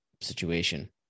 situation